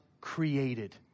created